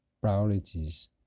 priorities